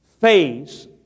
face